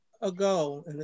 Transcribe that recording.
ago